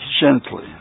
gently